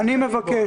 אני מבקש,